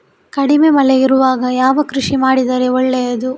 ಕಡಿಮೆ ಮಳೆ ಇರುವಾಗ ಯಾವ ಕೃಷಿ ಮಾಡಿದರೆ ಒಳ್ಳೆಯದು?